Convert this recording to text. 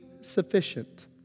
sufficient